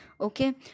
okay